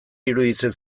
iruditzen